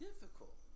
difficult